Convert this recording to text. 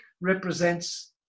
represents